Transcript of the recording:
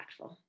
impactful